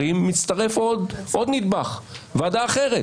אבל כשאתה מצרף לשאלה הפרשנית הזאת את העובדה שהממשלה תהיה אחראית